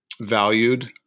valued